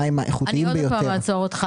המים האיכותיים ביותר שמסופקים בישראל.